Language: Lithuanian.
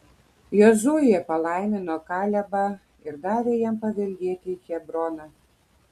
jozuė palaimino kalebą ir davė jam paveldėti hebroną